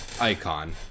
icon